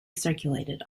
circulated